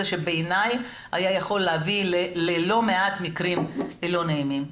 שבעיניי היה יכול להביא ללא מעט מקרים לא נעימים.